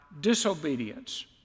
disobedience